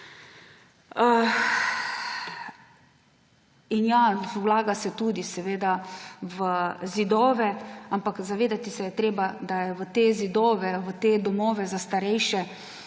In, ja, vlaga se tudi v zidove, ampak zavedati se je treba, da je v te zidove, v te domove za starejše,